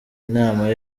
inama